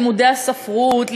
לימודי הספרות,